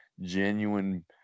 genuine